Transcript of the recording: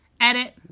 Edit